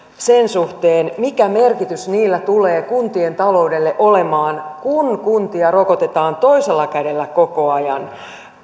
sen suhteen mikä merkitys niillä tulee kuntien taloudelle olemaan kun kuntia rokotetaan toisella kädellä koko ajan